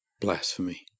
Blasphemy